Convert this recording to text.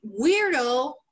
weirdo